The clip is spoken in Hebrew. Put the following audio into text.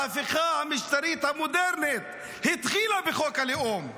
ההפיכה המשטרית המודרנית התחילה בחוק הלאום,